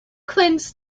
cleanse